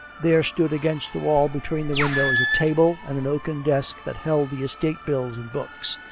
there stood against the wall between the windows a table and an oaken desk that held the estate-bills and books